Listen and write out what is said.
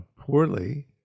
poorly